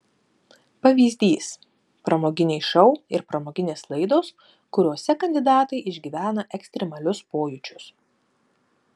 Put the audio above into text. pavyzdys pramoginiai šou ir pramoginės laidos kuriose kandidatai išgyvena ekstremalius pojūčius